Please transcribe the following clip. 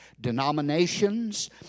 denominations